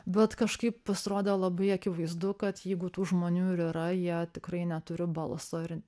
bet kažkaip pasirodė labai akivaizdu kad jeigu tų žmonių ir yra jie tikrai neturi balso ir